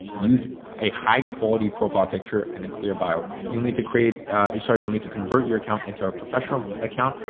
use a high quality profile picture and a clear bio. you'll need to create a, sorry. you'll need to convert your account into a professional account.